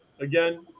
again